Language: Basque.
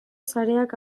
sareak